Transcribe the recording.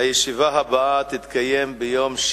המסחר והתעסוקה ביום ב'